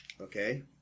Okay